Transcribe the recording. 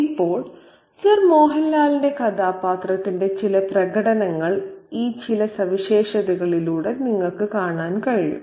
ഇപ്പോൾ സർ മോഹൻലാൽന്റെ കഥാപാത്രത്തിന്റെ ചില പ്രകടനങ്ങൾ ഈ ചില സവിശേഷതകളിലൂടെ കാണാൻ കഴിയും